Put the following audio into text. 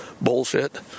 bullshit